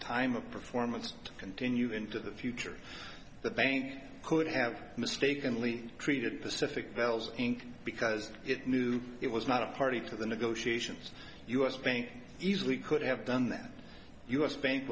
time of performance to continue into the future the bank could have mistakenly treated pacific bells inc because it knew it was not a party to the negotiations u s bank easily could have done that u s bank